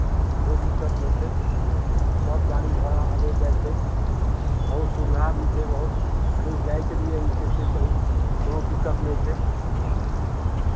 कोइ दिक्कत नहि छै नहि सभ गाड़ी घोड़ा आबैत जाइत छै बुझलियै हँ बहुत सुविधा भी छै बहुत कहीँ जायके लिए जे छै से कहीँ कोनो दिक्कत नहि छै ह्म्म